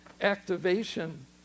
activation